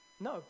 No